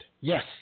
Yes